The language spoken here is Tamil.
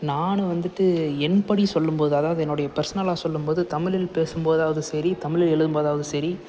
நான் வந்துட்டு என்படி சொல்லும் போது அதாவது என்னுடைய பர்ஸ்னலாக சொல்லும் போது தமிழில் பேசும் போதாவது சரி தமிழில் எழுதும் போதாவது சரி